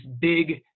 big